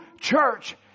church